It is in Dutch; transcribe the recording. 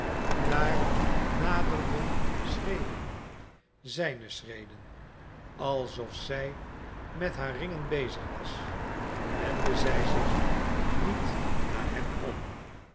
daar naderden schreden zijne schreden alsof zij met haar ringen bezig was wendde zij zich niet naar hem om